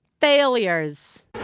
Failures